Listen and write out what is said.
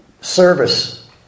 service